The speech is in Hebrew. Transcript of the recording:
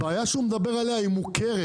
הבעיה שהוא מדבר עליה היא מוכרת,